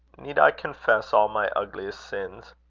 need i confess all my ugliest sins?